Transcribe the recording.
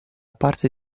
parte